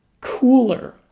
cooler